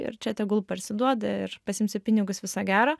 ir čia tegul parsiduoda ir pasiimsi pinigus viso gero